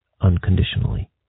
unconditionally